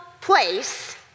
place